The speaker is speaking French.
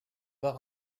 pas